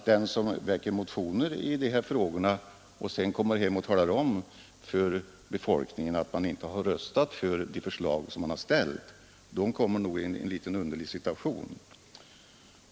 Den som väcker motioner i dessa frågor och sedan kommer hem och talar om för befolkningen att man inte har röstat för de förslag som man har ställt kommer nog i en något underlig situation.